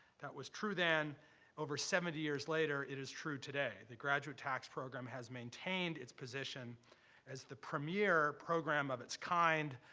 that was true then over seventy years later, it is true today. the graduate tax program has maintained its position as the premier program of its kind.